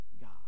God